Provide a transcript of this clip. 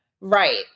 right